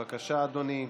בבקשה, אדוני.